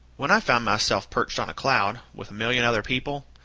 when i found myself perched on a cloud, with a million other people,